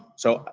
so,